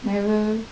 never